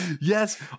Yes